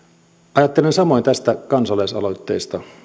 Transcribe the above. ajattelen samoin tästä kansalaisaloitteesta